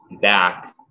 back